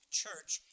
church